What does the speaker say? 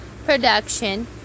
production